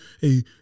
Hey